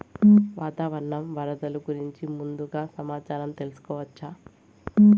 వాతావరణం వరదలు గురించి ముందుగా సమాచారం తెలుసుకోవచ్చా?